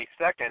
22nd